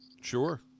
Sure